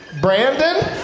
Brandon